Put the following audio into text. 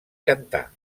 cantar